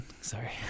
Sorry